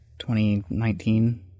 2019